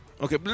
Okay